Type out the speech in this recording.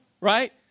right